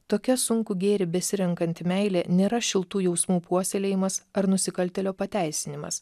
tokia sunkų gėrį besirenkanti meilė nėra šiltų jausmų puoselėjimas ar nusikaltėlio pateisinimas